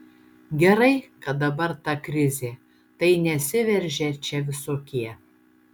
gerai kad dabar ta krizė tai nesiveržia čia visokie